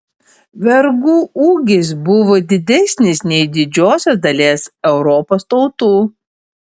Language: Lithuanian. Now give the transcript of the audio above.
vergų ūgis buvo didesnis nei didžiosios dalies europos tautų